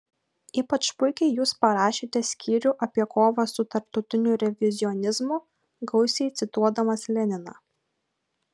ypač puikiai jūs parašėte skyrių apie kovą su tarptautiniu revizionizmu gausiai cituodamas leniną